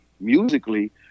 musically